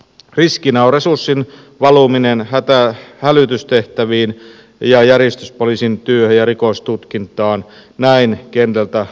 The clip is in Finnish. riskinä on resurssin valuminen hälytystehtäviin ja järjestyspoliisin työhön ja rikostutkintaan näin kentältä vakuutetaan